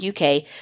UK